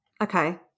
Okay